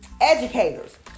educators